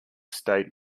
state